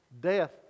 death